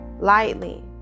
lightly